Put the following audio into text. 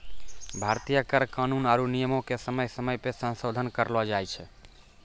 भारतीय कर कानून आरु नियमो के समय समय पे संसोधन करलो जाय छै